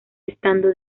estando